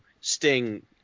sting